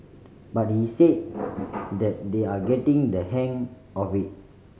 but he said that they are getting the hang of it